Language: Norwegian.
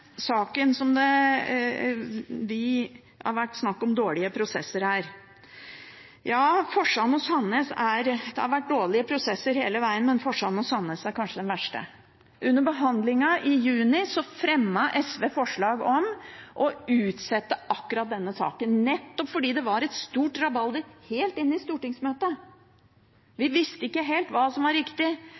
saken der det har vært snakk om dårlige prosesser. Det har vært dårlige prosesser hele vegen, men Forsand og Sandnes er kanskje den verste. Under behandlingen i juni fremmet SV forslag om å utsette akkurat denne saken, nettopp fordi det var et stort rabalder – helt inn i stortingsmøtet. Vi visste ikke helt hva som var riktig,